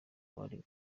bari